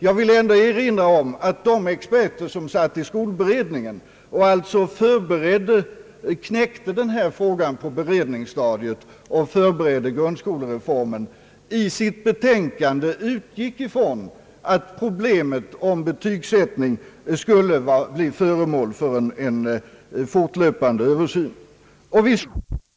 Jag vill erinra om att de experter, som satt i skolberedningen och som alltså knäckte denna fråga på beredningsstadiet och förberedde grundskolereformen, i sitt betänkande utgick ifrån att problemet om betygssättningen skulle bli föremål för en fortlöpande översyn. Vi står nu inom vårt skolväsende i den situationen att man har en försöksverksamhet både med nya undervisningsmetoder och nya undervisningsformer.